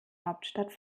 hauptstadt